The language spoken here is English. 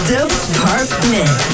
Department